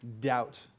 doubt